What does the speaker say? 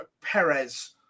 Perez